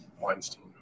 Weinstein